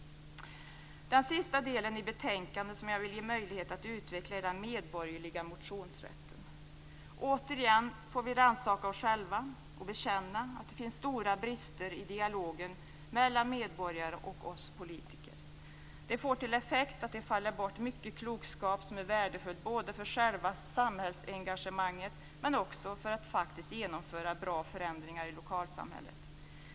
Den sista del i betänkandet som jag vill ge möjligheter att utvecklas gäller den medborgerliga motionsrätten. Återigen får vi rannsaka oss själva och bekänna att det finns stora brister i dialogen mellan medborgare och oss politiker. Det får till effekt att mycket klokskap faller bort som är värdefull både för själva samhällsengagemanget och för att faktiskt genomföra bra förändringar i lokalsammhället.